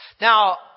Now